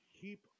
keep